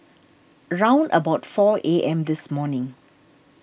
round about four A M this morning